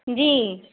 جی